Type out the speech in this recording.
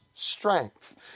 Strength